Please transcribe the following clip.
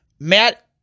Matt